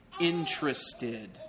interested